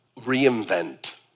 reinvent